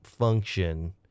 Function